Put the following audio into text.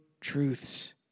truths